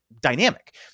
dynamic